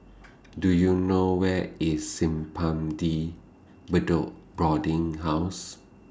Do YOU know Where IS Simpang De Bedok Boarding House